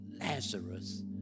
Lazarus